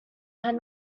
had